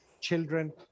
children